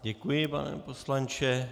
Děkuji, pane poslanče.